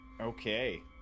Okay